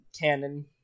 Cannon